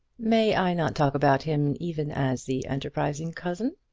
may i not talk about him, even as the enterprising cousin?